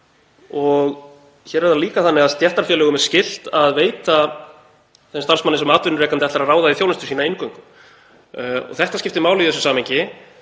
Hér er það líka þannig að stéttarfélögum er skylt að veita þeim starfsmönnum sem atvinnurekandi ætlar að ráða í þjónustu sína inngöngu. Þetta skiptir máli í þessu samhengi.